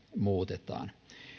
muutetaan